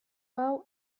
hau